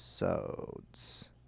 episodes